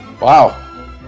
Wow